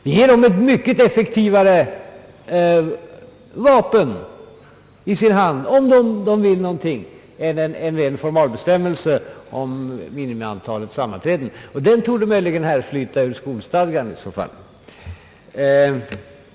De har här ett mycket effektivare vapen i sin hand, om de vill någonting, än en rent formell bestämmelse angående minimiantalet sammanträden. Den rätten torde i så fall härflyta ur skolstadgan.